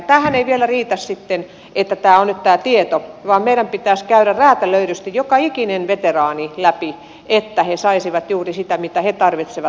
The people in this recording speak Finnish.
tämähän ei vielä riitä sitten että nyt on tämä tieto vaan meidän pitäisi käydä räätälöidysti joka ikinen veteraani läpi että he saisivat juuri sitä mitä he tarvitsevat